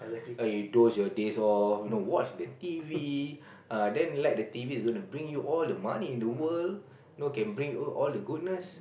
oh you dose your days off you know watch the T_V err then like the T_V gonna bring you all the money in the world know can bring you all the goodness